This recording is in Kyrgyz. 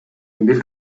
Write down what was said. бир